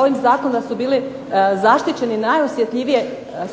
ovim zakonom da su bile zaštićene najosjetljivije